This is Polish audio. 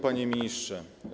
Panie Ministrze!